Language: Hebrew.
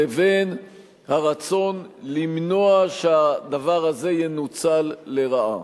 לבין הרצון למנוע שהדבר הזה ינוצל לרעה.